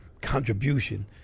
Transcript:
contribution